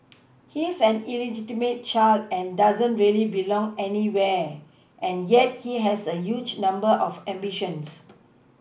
he's an illegitimate child and doesn't really belong anywhere and yet he has a huge number of ambition